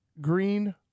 green